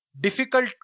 difficult